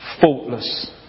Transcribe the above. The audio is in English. faultless